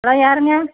hello யாருங்க